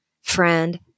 friend